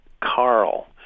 Carl